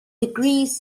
degrees